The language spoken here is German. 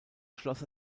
schloss